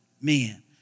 men